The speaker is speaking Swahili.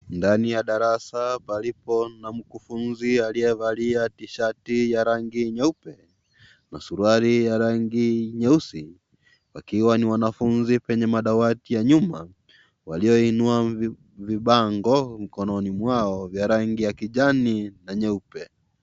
Ndani ya darasa palipo na mkufunzi aliyevalia tishati ya rangi nyeupe na suruali ya rangi nyeusi wakiwa ni wanafunzi penye madawati ya nyuma walioinua vibango mkononi mwao vya rangi ya kijani na nyeupe.